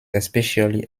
especially